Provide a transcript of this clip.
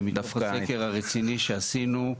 ומתוך הסקר הרציני שעשינו,